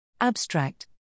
Abstract